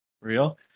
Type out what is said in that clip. Real